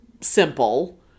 simple